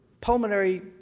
pulmonary